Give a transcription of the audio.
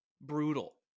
brutal